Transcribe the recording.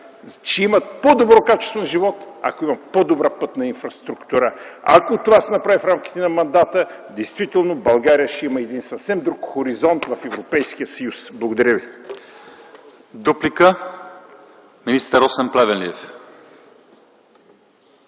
ще имат по-добро качество на живот, ако има по-добра пътна инфраструктура. Ако това се направи в рамките на мандата, действително България ще има един съвсем друг хоризонт в Европейския съюз. Благодаря ви.